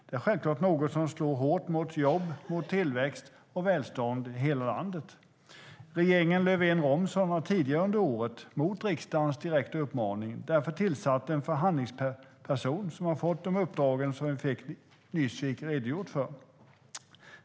Det är självklart något som slår hårt mot jobb, tillväxt och välstånd i hela landet. Regeringen Löfven-Romson har tidigare under året, mot riksdagens direkta uppmaning, tillsatt en förhandlingsperson som har fått de uppdrag som statsrådet nyss redogjorde för.